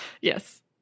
Yes